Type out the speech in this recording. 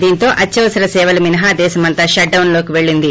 దీంతో అత్యవసర సేవలు మినహా దేశమంతా షట్డౌన్లోకి పెళ్లింది